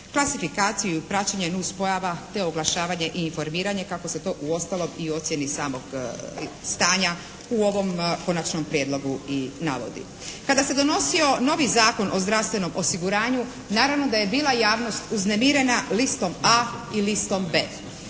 klasifikaciju i praćenje nus pojava te oglašavanje i informiranje kako se to uostalom i u ocjeni samog stanja u ovom konačnom prijedlogu i navodi. Kada se donosio novi Zakon o zdravstvenom osiguranju naravno da je bila javnost uznemirena listom A i listom B.